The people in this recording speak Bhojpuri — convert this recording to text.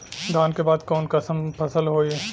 धान के बाद कऊन कसमक फसल होई?